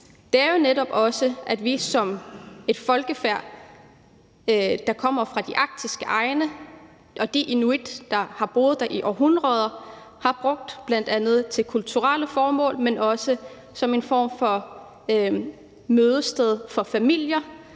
Det er jo netop også steder, som vi som et folkefærd, der kommer fra de arktiske egne, og de inuit, der har boet der i århundreder, har brugt til bl.a. kulturelle formål, men også som en form for mødested for familier